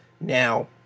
now